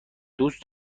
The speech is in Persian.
دوست